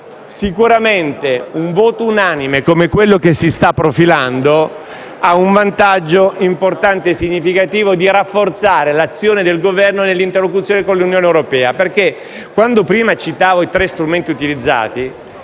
Sicuramente un voto unanime, come quello che si sta profilando, ha il vantaggio, importante e significativo, di rafforzare l'azione del Governo nell'interlocuzione con l'Unione europea. Prima ho citato i tre strumenti utilizzati